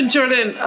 Jordan